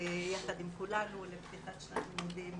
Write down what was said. יחד עם כולנו לפתיחת שנת לימודים